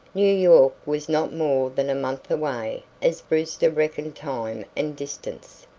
new york was not more than a month away as brewster reckoned time and distance,